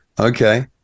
Okay